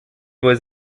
was